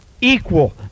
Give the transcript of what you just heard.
Equal